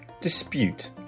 dispute